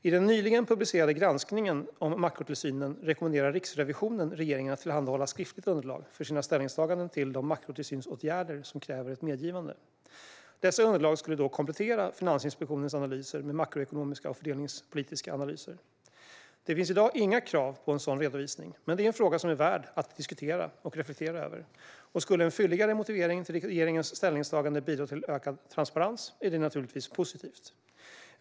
I den nyligen publicerade granskningen om makrotillsynen rekommenderar Riksrevisionen regeringen att tillhandahålla skriftligt underlag för sina ställningstaganden till de makrotillsynsåtgärder som kräver ett medgivande. Detta underlag skulle då komplettera Finansinspektionens analyser med makroekonomiska och fördelningspolitiska analyser. Det finns i dag inga krav på en sådan redovisning. Det är dock en fråga som är värd att diskutera och reflektera över, och om en fylligare motivering till regeringens ställningstagande skulle bidra till ökad transparens är det naturligtvis positivt.